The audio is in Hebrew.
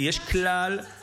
אז אתה מסכים גם,